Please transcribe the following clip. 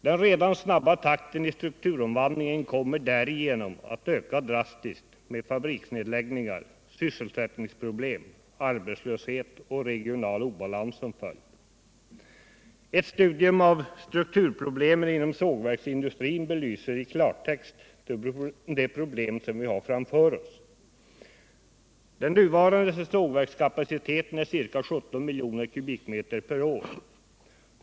Den redan snabba takten i strukturomvandlingen kommer därigenom att öka drastiskt med fabriksnedläggningar, sysselsättningsproblem, arbetslöshet och regional obalans som följd. Ett studium av strukturproblemen inom sågverksindustrin belyser i klartext de problem vi har framför oss. Den nuvarande sågverkskapaciteten är ca 17 miljoner m? per år.